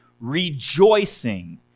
rejoicing